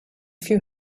few